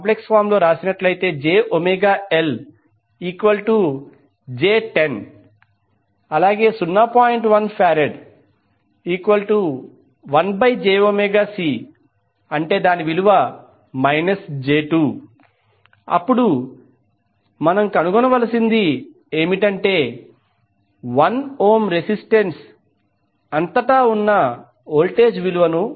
1F1jωC j2 అప్పుడు మనం కనుగొనవలసినది ఏమిటంటే 1 ఓం రెసిస్టెన్స్ అంతటా ఉన్న వోల్టేజ్ విలువను